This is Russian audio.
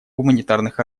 гуманитарных